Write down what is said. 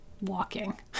walking